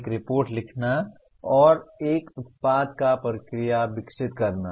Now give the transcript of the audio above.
एक रिपोर्ट लिखना और या एक उत्पाद या प्रक्रिया विकसित करना